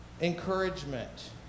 encouragement